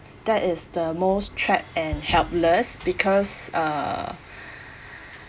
that is the most trapped and helpless because uh